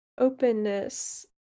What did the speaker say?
openness